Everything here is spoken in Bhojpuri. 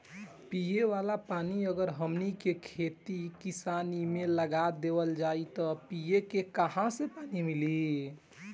पिए वाला पानी अगर हमनी के खेती किसानी मे लगा देवल जाई त पिए के काहा से पानी मीली